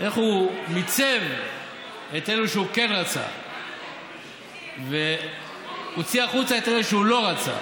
איך הוא מיצב את אלה שהוא כן רצה והוציא החוצה את אלה שהוא לא רצה.